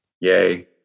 Yay